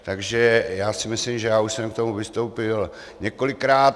Takže já si myslím, že já už jsem k tomu vystoupil několikrát.